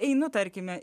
einu tarkime